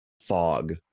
fog